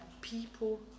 people